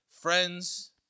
friends